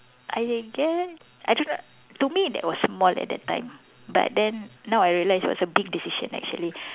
I guess I don't know to me that was small at that time but then now I realise it was a big decision actually